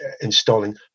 installing